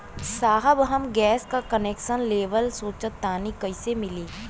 साहब हम गैस का कनेक्सन लेवल सोंचतानी कइसे मिली?